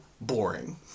boring